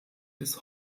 bis